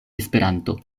esperanto